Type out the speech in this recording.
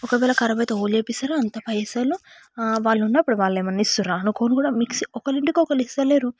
ఒకవేళ ఖరాబ్ అయితే ఎవరు చేపిస్తారు అంత పైసలు వాళ్ళు ఉన్నప్పుడు వాళ్ళు ఏమైనా ఇస్తారా అనుకోను కూడా మిక్సీకి ఒకరి ఇంటికి ఒకరు ఇస్తలేరు